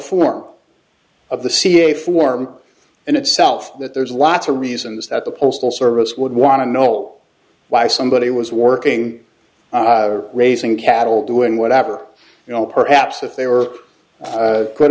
form of the ca form and itself that there's lots of reasons that the postal service would want to know why somebody was working raising cattle doing whatever you know perhaps if they were good